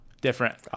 different